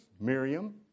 Miriam